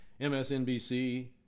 MSNBC